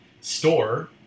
store